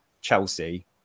Chelsea